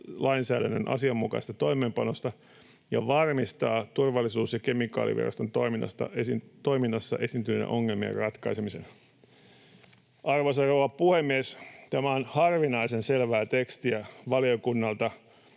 EU-lainsäädännön asianmukaisesta toimeenpanosta ja varmistaa Turvallisuus‑ ja kemikaaliviraston toiminnassa esiintyneiden ongelmien ratkaisemisen.” Arvoisa rouva puhemies! Tämä on harvinaisen selvää tekstiä valiokunnalta.